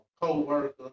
co-worker